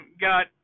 got